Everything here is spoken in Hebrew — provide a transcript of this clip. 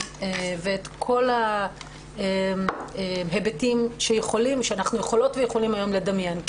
ואת כל ההיבטים שאנחנו יכולות ויכולים היום לדמיין.